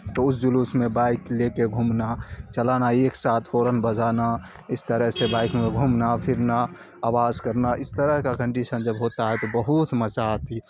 تو اس جلوس میں بائک لے کے گھومنا چلانا ایک ساتھ ہارن بجانا اس طرح سے بائک میں گھومنا فرنا آواز کرنا اس طرح کا کنڈیشن جب ہوتا ہے تو بہت مزہ آتی